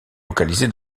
localisé